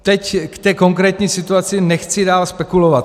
Teď k té konkrétní situaci nechci dál spekulovat.